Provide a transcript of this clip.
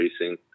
racing